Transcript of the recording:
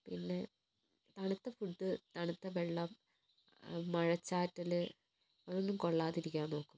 പിന്നെ തണുത്ത ഫുഡ് തണുത്ത വെള്ളം മഴച്ചാറ്റല് അതൊന്നും കൊള്ളാതിരിക്കാൻ നോക്കും